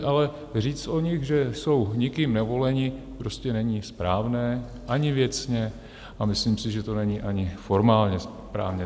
Ale říct o nich, že jsou nikým nevoleni, prostě není správné ani věcně, a myslím si, že to není ani formálně správně.